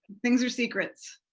things are secrets.